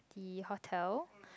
the hotel